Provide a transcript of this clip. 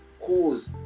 cause